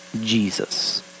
Jesus